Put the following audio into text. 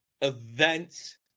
events